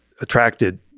attracted